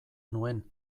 nuen